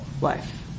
life